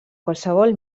qualsevol